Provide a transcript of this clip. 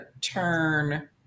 turn